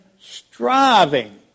striving